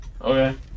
Okay